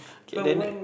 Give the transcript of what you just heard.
K then